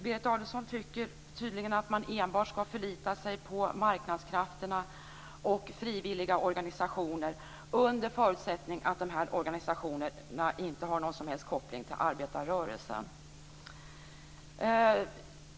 Berit Adolfsson tycker tydligen att man enbart ska förlita sig på marknadskrafterna och frivilliga organisationer - under förutsättning att organisationerna inte har någon som helst koppling till arbetarrörelsen.